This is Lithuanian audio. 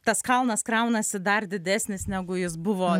tas kalnas kraunasi dar didesnis negu jis buvo